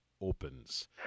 opens